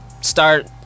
start